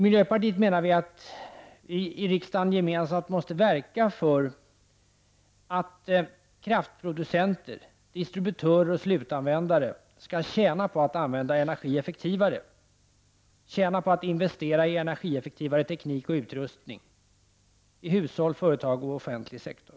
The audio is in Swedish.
Miljöpartiet menar att vi gemensamt i riksdagen måste verka för att kraftproducenter, distributörer och slutanvändare skall tjäna på att använda energin effektivare, att investera i energieffektivare teknik och utrustning i hushåll, företag och offentlig sektor.